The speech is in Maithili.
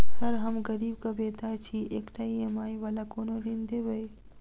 सर हम गरीबक बेटा छी एकटा ई.एम.आई वला कोनो ऋण देबै?